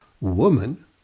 woman